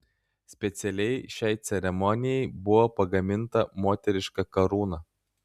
specialiai šiai ceremonijai buvo pagaminta moteriška karūna